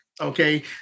Okay